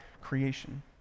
creation